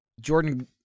Jordan